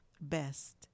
best